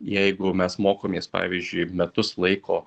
jeigu mes mokomės pavyzdžiui metus laiko